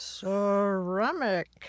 Ceramic